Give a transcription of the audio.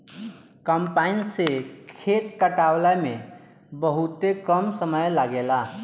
combine से खेत कटावला में बहुते कम समय लागेला